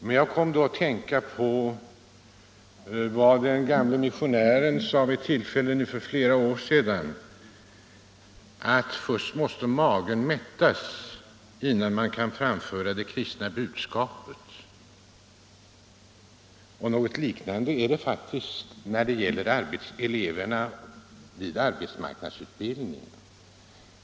Men jag kom då att tänka på vad den gamle missionären sade vid ett tillfälle: Först måste magen mättas innan man kan framföra det kristna budskapet. Något liknande gäller faktiskt i fråga om eleverna vid arbetsmarknadsutbildning.